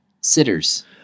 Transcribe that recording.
sitters